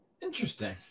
Interesting